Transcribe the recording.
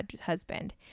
husband